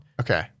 Okay